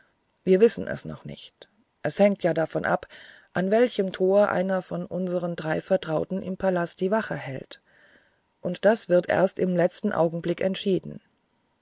das wissen wir noch nicht es hängt ja davon ab an welchem tor einer von unseren drei vertrauten im palast die wache hält und das wird erst im letzten augenblick entschieden